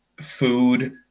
food